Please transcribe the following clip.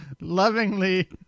lovingly